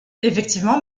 effectivement